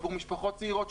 עבור משפחות צעירות,